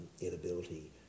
inability